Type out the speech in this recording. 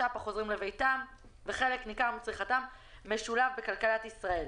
הפלסטינית החוזרים לביתם וחלק ניכר מצריכתם משולב בכלכלת ישראל".